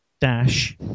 dash